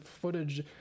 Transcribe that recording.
footage